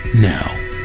Now